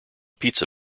pizza